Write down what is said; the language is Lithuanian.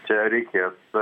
čia reikės